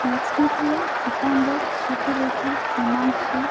लक्ष्मीप्रिया शीताम्बरः श्रुतिरेखा हिमांशुः